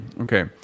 Okay